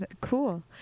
Cool